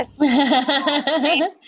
yes